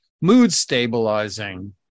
mood-stabilizing